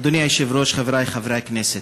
אדוני היושב-ראש, חברי חברי הכנסת,